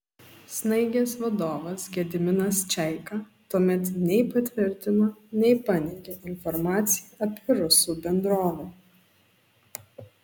snaigės vadovas gediminas čeika tuomet nei patvirtino nei paneigė informaciją apie rusų bendrovę